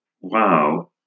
wow